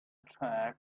track